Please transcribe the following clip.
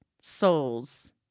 souls